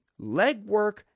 legwork